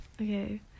Okay